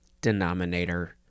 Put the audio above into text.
Denominator